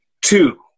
two